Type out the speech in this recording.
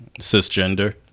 cisgender